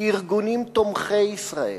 כארגונים תומכי ישראל.